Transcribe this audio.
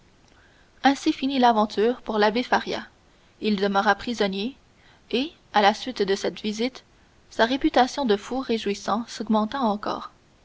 ainsi finit l'aventure pour l'abbé faria il demeura prisonnier et à la suite de cette visite sa réputation de fou réjouissant s'augmenta encore